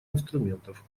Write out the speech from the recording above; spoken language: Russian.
инструментов